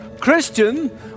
Christian